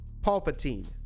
Palpatine